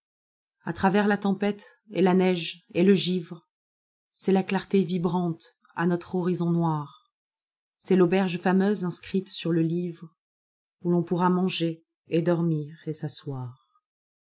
a travers la tempête et la neige et le givre c'est la clarté vibrante à notre horizon noir c'est l'auberge fameuse inscrite sur le livre où ton pourra manger et dormir et s'asseoir